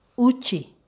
Uchi